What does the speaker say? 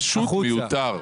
פשוט מיותר.